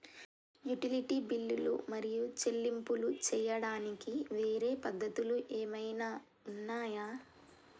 Utility బిల్లులు మరియు చెల్లింపులు చేయడానికి వేరే పద్ధతులు ఏమైనా ఉన్నాయా?